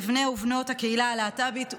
בבני ובנות הקהילה הלהט"בית ובנשים.